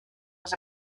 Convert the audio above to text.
was